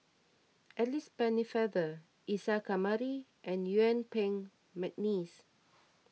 Alice Pennefather Isa Kamari and Yuen Peng McNeice